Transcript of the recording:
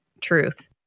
truth